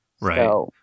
Right